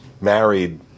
married